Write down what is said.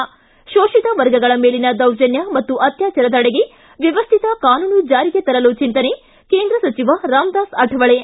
ಿತ ಕೋಷಿತ ವರ್ಗಗಳ ಮೇಲಿನ ದೌರ್ಜನ್ಯ ಅತ್ಯಾಚಾರ ತಡೆಗೆ ವ್ಯವಸ್ಥಿತ ಕಾನೂನು ಜಾರಿಗೆ ತರಲು ಚಿಂತನೆ ಕೇಂದ್ರ ಸಚಿವ ರಾಮದಾಸ್ ಆಠವಳೆ